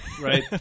right